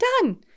Done